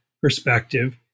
perspective